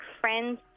friends